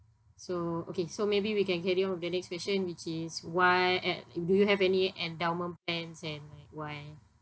so okay so maybe we can carry on with the next question which is why at~ do you have any endowment plans and why